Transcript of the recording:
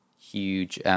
huge